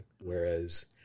Whereas